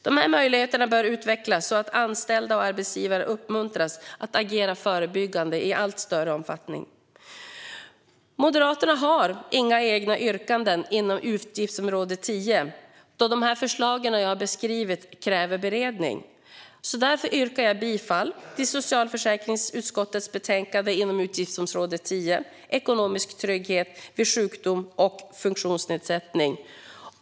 De möjligheterna bör utvecklas så att anställda och arbetsgivare uppmuntras att agera förebyggande i allt större omfattning. Moderaterna har inga egna yrkanden inom utgiftsområde 10, då de förslag jag beskrivit kräver beredning. Jag yrkar därför bifall till förslaget i socialförsäkringsutskottets betänkande 2018/19:SfU1 Utgiftsområde 10 Ekonomisk trygghet vid sjukdom och funktionsnedsättning .